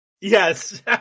Yes